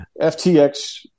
FTX